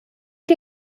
die